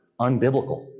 unbiblical